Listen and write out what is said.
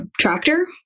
tractor